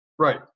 Right